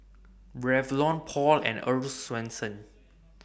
Revlon Paul and Earl's Swensens